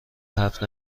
حرف